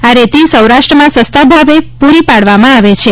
આ રેતી સૌરાષ્ટ્રમાં સસ્તાભાવે પૂરી પાઠવામાં આવે છે